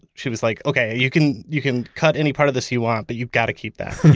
she was like, okay, you can you can cut any part of this you want, but you've got to keep that.